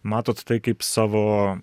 matot tai kaip savo